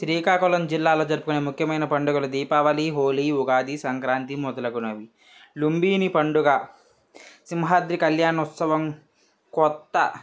శ్రీకాకుళం జిల్లాలో జరుపుకునే ముఖ్యమైన పండుగలు దీపావళి హోలీ ఉగాది సంక్రాంతి మొదలగునవి లుంగీనివి పండుగ సింహాద్రి కల్యాణోత్సవం కొత్త